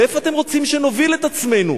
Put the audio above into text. לאיפה אתם רוצים שנוביל את עצמנו?